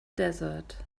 desert